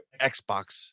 xbox